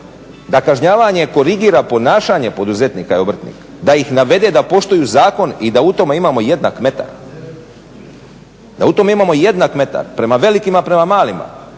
da kažnjavanje korigira ponašanje poduzetnika i obrtnika, da ih navede da poštuju zakon i da u tome imamo jednak metar prema velikima i prema malima